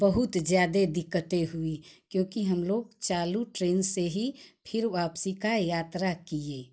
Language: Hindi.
बहुत ज्यादे दिक्कते हुई क्योकि हम लोग चालू ट्रेन से ही फिर वापसी का यात्रा किए